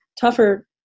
tougher